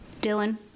Dylan